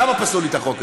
למה פסלו לי את החוק הזה?